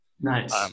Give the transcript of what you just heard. Nice